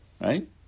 Right